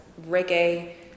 reggae